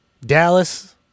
Dallas